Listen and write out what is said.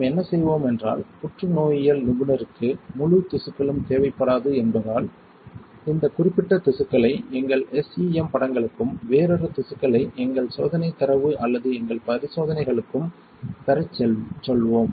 நாம் என்ன செய்வோம் என்றால் புற்றுநோயியல் நிபுணருக்கு முழு திசுக்களும் தேவைப்படாது என்பதால் இந்த குறிப்பிட்ட திசுக்களை எங்கள் SEM படங்களுக்கும் மற்றொரு திசுக்களை எங்கள் சோதனை தரவு அல்லது எங்கள் பரிசோதனைகளுக்கும் பெறச் சொல்வோம்